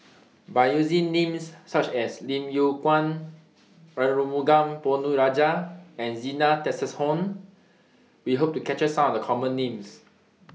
By using Names such as Lim Yew Kuan Arumugam Ponnu Rajah and Zena Tessensohn We Hope to capture Some of The Common Names